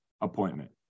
appointment